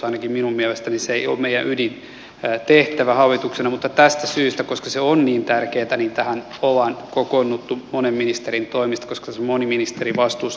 ainakaan minun mielestäni se ei ole meidän ydintehtävämme hallituksena mutta tästä syystä koska se on niin tärkeätä tähän on kokoonnuttu monen ministerin toimesta koska sitä moni ministeri vastusti